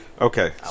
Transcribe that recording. Okay